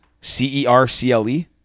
C-E-R-C-L-E